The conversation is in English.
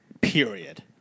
period